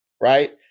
right